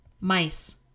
mice